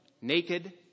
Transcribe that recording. naked